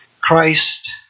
Christ